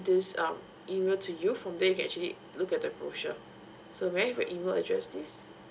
this um email to you from there you can actually look at the brochure so may I have your email address please